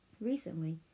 Recently